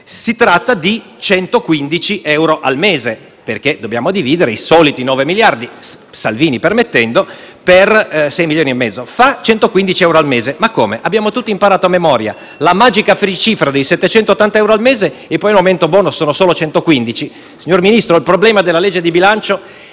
si tratta di 115 euro al mese, perché dobbiamo dividere i soliti 9 miliardi - Salvini permettendo - per 6,5 milioni: fa 115 euro al mese. Ma come, abbiamo tutti imparato a memoria la magica cifra dei 780 euro al mese, e poi al momento buono sono solo 115? Signor Ministro, il problema della legge di bilancio